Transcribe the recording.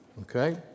okay